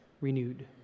renewed